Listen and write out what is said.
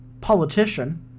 politician